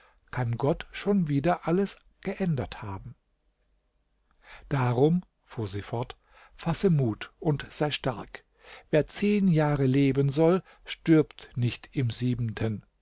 kann gott schon wieder alles geändert haben darum fuhr sie fort fasse mut und sei stark wer zehn jahre leben soll stirbt nicht im siebenten